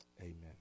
Amen